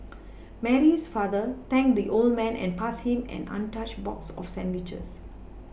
Mary's father thanked the old man and passed him an untouched box of sandwiches